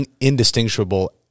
indistinguishable